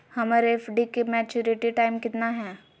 हमर एफ.डी के maturity time कितना है?